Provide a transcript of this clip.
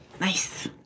Nice